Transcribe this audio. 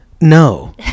No